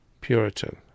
Puritan